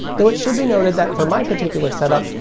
though it should be noted that for my particular setup,